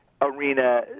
arena